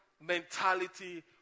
mentality